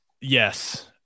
Yes